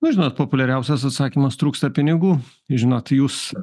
nu žinot populiariausias atsakymas trūksta pinigų žinot jūs